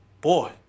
Boy